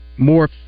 more